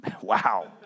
Wow